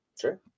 Sure